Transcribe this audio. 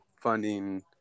funding